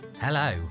Hello